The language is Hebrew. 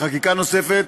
לחקיקה נוספת.